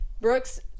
Brooks